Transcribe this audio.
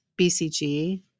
BCG